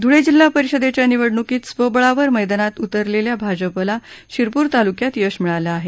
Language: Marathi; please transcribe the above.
ध्वळे जिल्हा परिषदेच्या निवडणुकीत स्वबळावर मैदानात उतरलेल्या भाजपला शिरपूर तालुक्यात यश मिळालं आहे